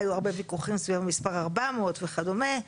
היו הרבה ויכוחים סביב המספר 400 וכדומה.